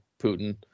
Putin